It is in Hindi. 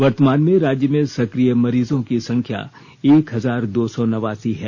वर्तमान में राज्य में सक्रिय मरीजों की संख्या एक हजार दो सौ नवासी है